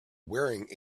wearing